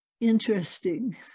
interesting